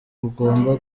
rugomba